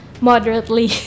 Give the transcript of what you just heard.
moderately